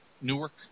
Newark